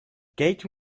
kate